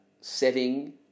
setting